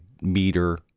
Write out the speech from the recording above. meter